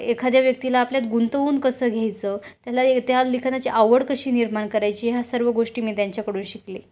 एखाद्या व्यक्तीला आपल्यात गुंतवून कसं घ्यायचं त्याला त्या लिखाणाची आवड कशी निर्माण करायची ह्या सर्व गोष्टी मी त्यांच्याकडून शिकले